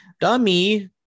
dummy